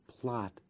plot